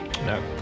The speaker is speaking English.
No